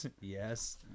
Yes